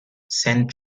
saint